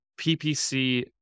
PPC